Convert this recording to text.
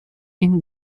این